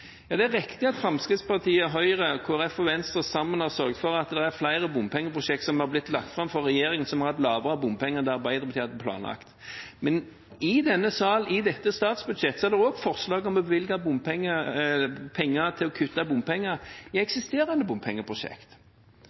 Det er riktig at Fremskrittspartiet, Høyre, Kristelig Folkeparti og Venstre sammen har sørget for at det er flere bompengeprosjekter som er blitt lagt fram for regjeringen som har hatt lavere bompenger enn det Arbeiderpartiet hadde planlagt. Men i denne sal, i dette statsbudsjettet, er det også forslag om å bevilge penger til å kutte bompenger i eksisterende